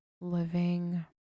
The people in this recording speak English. living